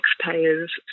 taxpayers